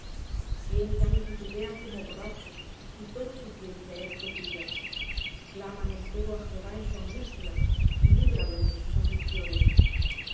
tiemblan y titubean como borrachos y toda su ciencia es perdida claman empero á jehová en su angustia y líbralos de sus aflicciones